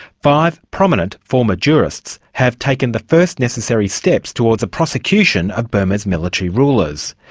five prominent former jurists have taken the first necessary steps towards a prosecution of burma's military rulers.